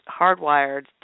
hardwired